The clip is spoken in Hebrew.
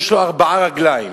יש לו ארבע רגליים.